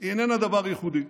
היא איננה דבר ייחודי.